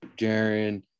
Jaron